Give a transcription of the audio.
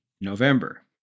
November